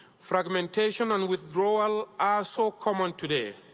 fragmentation and withdrawal are so common today.